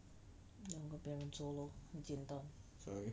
那我跟别人做 lor 很简单